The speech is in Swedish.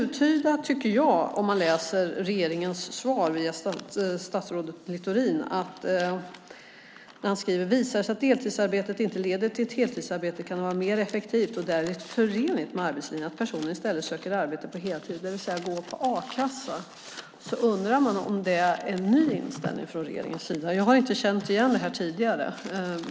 Regeringen och statsrådet Littorin skriver i interpellationssvaret: "Visar det sig att deltidsarbetet inte leder till ett heltidsarbete kan det vara mer effektivt, och därmed förenligt med arbetslinjen, att personen i stället söker arbete på heltid", det vill säga går på a-kassa. Man undrar om det är en ny inställning från regeringens sida. Jag känner inte igen det här sedan tidigare.